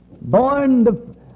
born